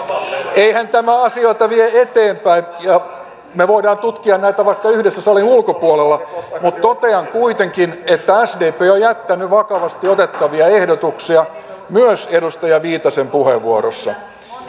eihän tämä asioita vie eteenpäin ja me voimme tutkia näitä vaikka yhdessä salin ulkopuolella mutta totean kuitenkin että sdp on on jättänyt vakavasti otettavia ehdotuksia myös edustaja viitasen puheenvuorossa